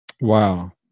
wow